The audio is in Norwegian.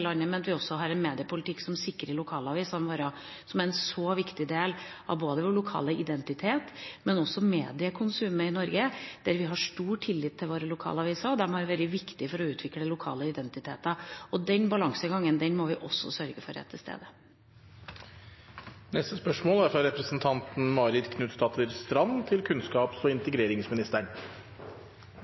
landet, men at vi også har en mediepolitikk som sikrer lokalavisene våre, som er en så viktig del av både vår lokale identitet og mediekonsumet i Norge, der vi har stor tillit til våre lokalaviser. De har vært viktige for å utvikle lokale identiteter. Den balansegangen må vi også sørge for at er til stede. Mitt spørsmål lyder: «Prestasjonspress i skolen er en faktor som påvirker barn og ungdoms psykiske helse. Fagpersoner peker på at presset og